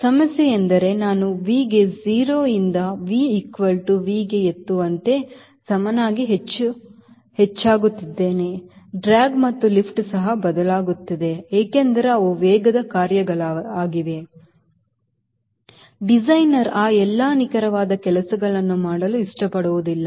ಸಮಸ್ಯೆಯೆಂದರೆ ನಾನು V ಗೆ 0 ರಿಂದ V V ಗೆ ಎತ್ತುವಂತೆ ಸಮನಾಗಿ ಹೆಚ್ಚಾಗುತ್ತಿದ್ದೇನೆ ಡ್ರ್ಯಾಗ್ ಮತ್ತು ಲಿಫ್ಟ್ ಸಹ ಬದಲಾಗಲಿದೆ ಏಕೆಂದರೆ ಅವು ವೇಗದ ಕಾರ್ಯವಾಗಿದೆ ಡಿಸೈನರ್ ಆ ಎಲ್ಲಾ ನಿಖರವಾದ ಕೆಲಸಗಳನ್ನು ಮಾಡಲು ಇಷ್ಟಪಡುವುದಿಲ್ಲ